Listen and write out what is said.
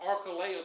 Archelaus